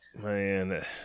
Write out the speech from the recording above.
man